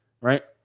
right